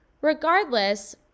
regardless